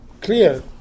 clear